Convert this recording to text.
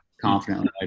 confidently